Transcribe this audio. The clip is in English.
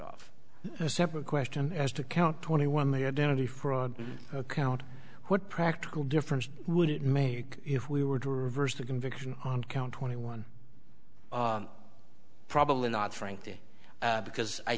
a separate question as to count twenty one they are generally fraud ok out what practical difference would it make if we were to reverse the conviction on count twenty one probably not frankly because i